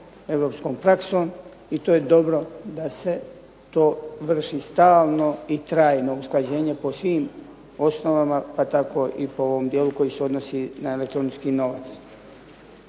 europskom praksom i to je dobro da se to vrši stalno i trajno usklađenje po svim osnovama pa tako i po ovom dijelu koji se odnosi na elektronički novac.